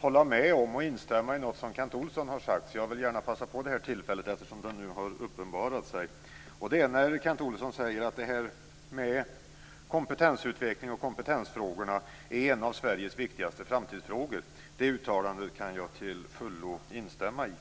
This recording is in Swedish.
hålla med om något som Kent Olsson sagt att jag vill passa på tillfället, eftersom det nu har uppenbarat sig. Kent Olsson sade att kompetensutveckling och kompetensfrågor är bland Sveriges viktigaste framtidsfrågor. Det uttalandet kan jag till fullo instämma i.